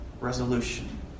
resolution